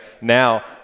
Now